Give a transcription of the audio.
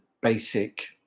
basic